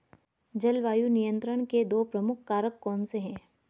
जलवायु नियंत्रण के दो प्रमुख कारक कौन से हैं?